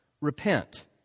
repent